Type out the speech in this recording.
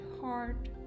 heart